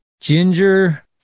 ginger